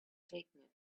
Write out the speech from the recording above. taking